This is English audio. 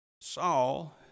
Saul